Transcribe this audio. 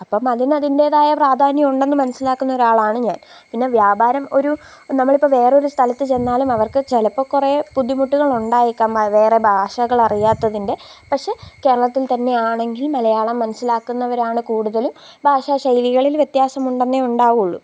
അപ്പോള് അതിന് അതിന്റേതായ പ്രാധാന്യം ഉണ്ടെന്ന് മനസ്സിലാക്കുന്ന ഒരാളാണ് ഞാന് പിന്നെ വ്യാപാരം ഒരു നമ്മളിപ്പോള് വേറൊരു സ്ഥലത്ത് ചെന്നാലും അവര്ക്ക് ചിലപ്പോള് കുറേ ബുദ്ധിമുട്ടുകളുണ്ടായേക്കാം മ വേറെ ഭാഷകള് അറിയാത്തതിന്റെ പക്ഷേ കേരളത്തില് തന്നെ ആണെങ്കില് മലയാളം മനസ്സിലാക്കുന്നവരാണ് കൂടുതലും ഭാഷാ ശൈലികളില് വ്യത്യാസമുണ്ടെന്നേ ഉണ്ടാവുകയുള്ളൂ